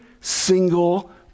single